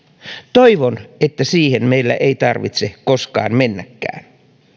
toivon että siihen meillä ei tarvitse koskaan mennäkään